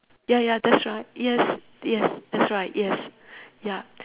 ya ya that's right yes yes that's right yes ya